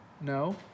No